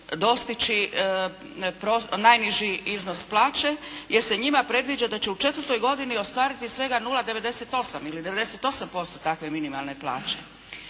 dostići najniži iznos plaće, jer se njima predviđa da će u četvrtoj godini ostvariti svega 0,98 ili 98% takve minimalne plaće.